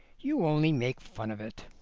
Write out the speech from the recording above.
you only make fun of it.